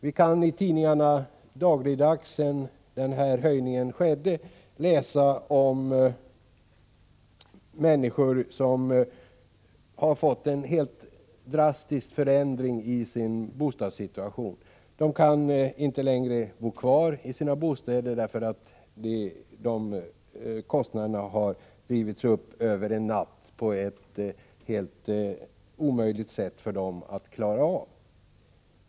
Vi kan i tidningarna dagligdags sedan höjningen skedde läsa om människor som har fått en helt drastisk förändring av sin bostadssituation. De kan inte längre bo kvar i sina bostäder, därför att kostnaderna har drivits upp över en natt på ett sådant sätt att det är omöjligt för dem att klara det.